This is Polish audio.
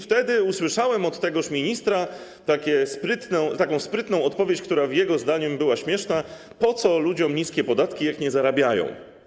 Wtedy usłyszałem od tegoż ministra taką sprytną odpowiedź, która jego zdaniem była śmieszna: Po co ludziom niskie podatki, jak nie zarabiają?